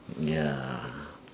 ya